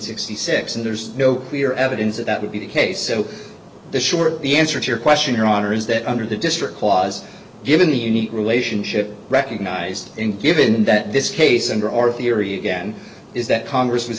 sixty six and there's no clear evidence that that would be the case so short the answer to your question your honor is that under the district clause given the unique relationship recognized in given that this case under our theory again is that congress was